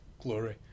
glory